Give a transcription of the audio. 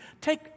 take